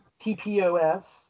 TPOS